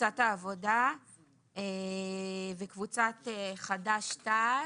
קבוצת העבודה וקבוצת חד"ש-תע"ל.